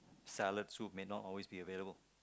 salad soup may not always be available